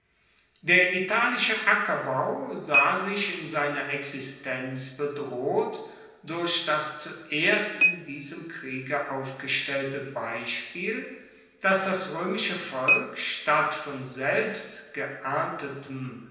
der italische ackerbau sah sich in seiner existenz bedroht durch das zuerst in diesem kriege aufgestellte beispiel dass das roemische volk statt von selbst geerntetem